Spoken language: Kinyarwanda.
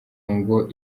ngo